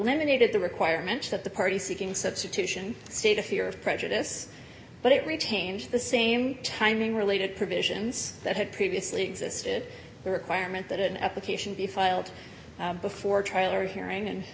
d the requirement that the party seeking substitution state of fear of prejudice but it really changed the same timing related provisions that had previously existed the requirement that an application be filed before a trial or a hearing and